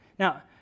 Now